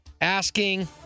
asking